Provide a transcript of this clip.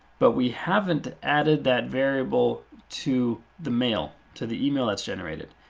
but we haven't added that variable to the mail, to the email that's generated.